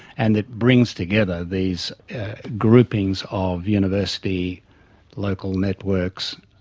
and it brings together these groupings of university local networks,